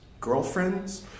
girlfriends